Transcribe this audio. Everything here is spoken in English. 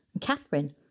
Catherine